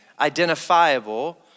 identifiable